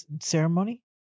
ceremony